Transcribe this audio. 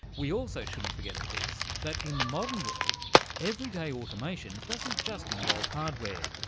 we also shouldn't forget, of course, that in the modern world everyday automation doesn't just involve hardware,